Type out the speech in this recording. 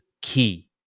key